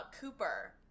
Cooper